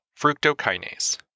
fructokinase